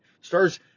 Stars